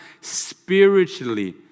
spiritually